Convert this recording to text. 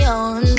on